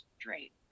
straight